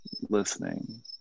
listening